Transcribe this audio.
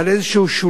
על איזה שוליים,